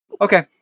okay